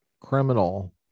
criminal